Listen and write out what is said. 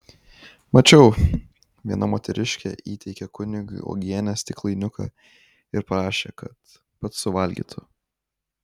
mačiau viena moteriškė įteikė kunigui uogienės stiklainiuką ir prašė kad pats suvalgytų